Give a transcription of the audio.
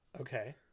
Okay